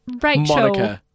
Rachel